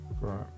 right